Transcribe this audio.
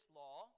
law